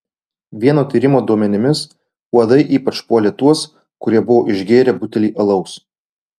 vieno tyrimo duomenimis uodai ypač puolė tuos kurie buvo išgėrę butelį alaus